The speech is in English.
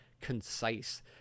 concise